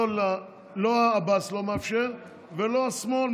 לא עבאס מאפשר ולא השמאל,